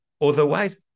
Otherwise